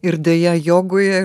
ir deja jogoje